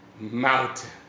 mountain